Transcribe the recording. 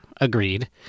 Agreed